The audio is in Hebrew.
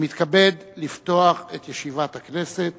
אני מתכבד לפתוח את ישיבת הכנסת.